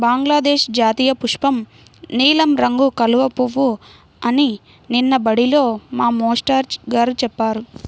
బంగ్లాదేశ్ జాతీయపుష్పం నీలం రంగు కలువ పువ్వు అని నిన్న బడిలో మా మేష్టారు గారు చెప్పారు